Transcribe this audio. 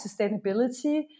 sustainability